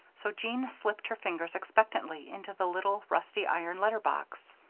so jean slipped her fingers expectantly into the little, rusty iron letter-box.